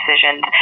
decisions